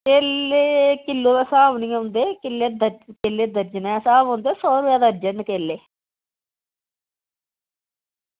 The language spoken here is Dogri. केले किलो दे स्हाब निं औंदे केले दर्जन दे स्हाब कन्नै औंदे ते सौ रपेआ दर्जन न केले